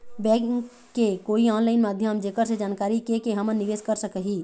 Bank के कोई online माध्यम जेकर से जानकारी के के हमन निवेस कर सकही?